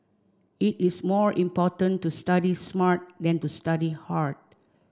it is more important to study smart than to study hard